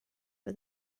for